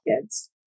kids